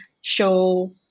show